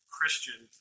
Christian